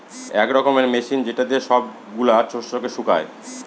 এক রকমের মেশিন যেটা দিয়ে সব গুলা শস্যকে শুকায়